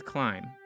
Climb